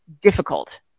difficult